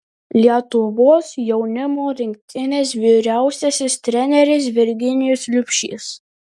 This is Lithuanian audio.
lietuvos jaunimo rinktinės vyriausiasis treneris virginijus liubšys